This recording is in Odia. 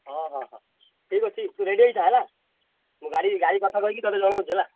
ହଁ ହଁ ହଁ ଠିକ୍ ଅଛି ତୁ ରେଡ଼ି ହେଇଥା ହେଲା ମୁଁ ଗାଡ଼ି ଗାଡ଼ି ସଫା କରିକି ତୋତେ ଜଣାଉଛି ହେଲା